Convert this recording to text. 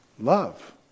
Love